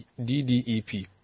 DDEP